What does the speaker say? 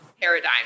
paradigm